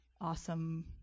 awesome